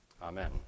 Amen